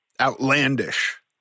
outlandish